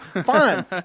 fine